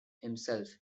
himself